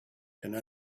can